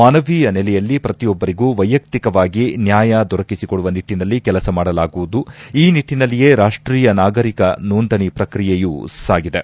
ಮಾನವೀಯ ನೆಲೆಯಲ್ಲಿ ಪ್ರತಿಯೊಬ್ಲರಿಗೂ ವ್ಲಯಕ್ತಿಕವಾಗಿ ನ್ನಾಯ ದೊರಕಿಸಿಕೊಡುವ ನಿಟ್ಟನಲ್ಲಿ ಕೆಲಸ ಮಾಡಲಾಗುವುದು ಈ ನಿಟ್ಟನಲ್ಲಿಯೇ ರಾಷ್ಟೀಯ ನಾಗರಿಕ ನೊಂದಣಿ ಪ್ರಕ್ರಿಯೂ ಸಾಗಿದೆ